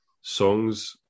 songs